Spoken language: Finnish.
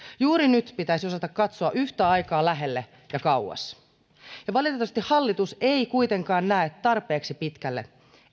juuri nyt pitäisi osata katsoa yhtä aikaa lähelle ja kauas valitettavasti hallitus ei kuitenkaan näe tarpeeksi pitkälle